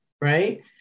right